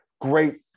great